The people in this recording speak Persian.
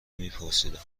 میپرسیدم